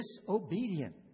disobedient